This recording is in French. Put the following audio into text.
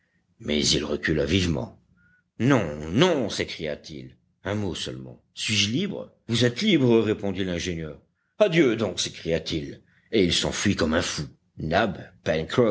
mais il recula vivement non non s'écria-t-il un mot seulement suis-je libre vous êtes libre répondit l'ingénieur adieu donc s'écria-t-il et il s'enfuit comme un fou nab